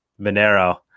Monero